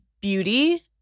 beauty